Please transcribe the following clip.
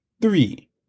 three